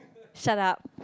shut up